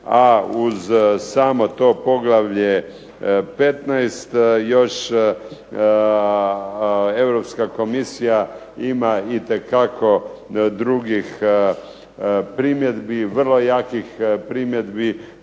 a uz samo to poglavlje 15. još Europska komisija ima itekako drugih primjedbi, vrlo jakih primjedbi